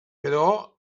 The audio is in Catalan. però